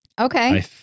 Okay